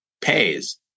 pays